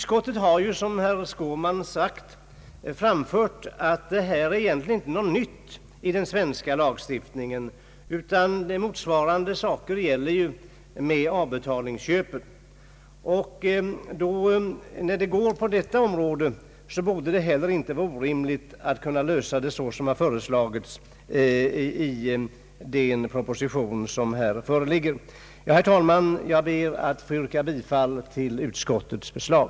Som herr Skårman sagt har ju utskottet framhållit att detta inte är något nytt i den svenska lagstiftningen, utan motsvarande gäller vid avbetalningsköp. När problemet går att lösa på det områ det, borde det heller inte vara orimligt att kunna lösa det så som har föreslagits i den proposition som här föreligger. Herr talman! Jag ber att få yrka bifall till utskottets förslag.